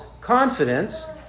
confidence